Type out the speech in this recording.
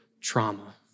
trauma